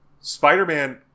Spider-Man